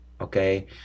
okay